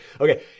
Okay